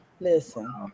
Listen